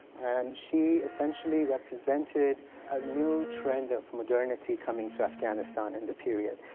and she essentially represented a new trend of modernity coming to afghanistan in the period.